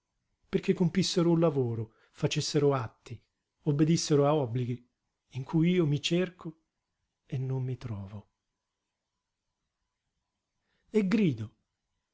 perché compissero un lavoro facessero atti obbedissero a obblighi in cui io mi cerco e non mi trovo e grido